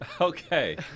Okay